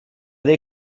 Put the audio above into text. dei